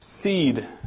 seed